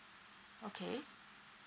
okay